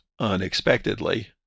unexpectedly